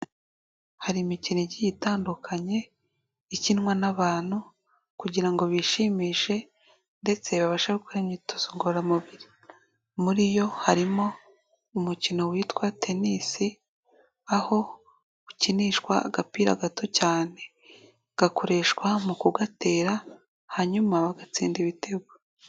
Hari imikino igiye itandukanye, ikinwa n'abantu kugira ngo bishimishe, ndetse babashe gukora imyitozo ngororamubiri. Muri yo harimo umukino witwa tenisi, aho ukinishwa agapira gato cyane, gakoreshwa mu kugatera hanyuma bagatsinda ibitego.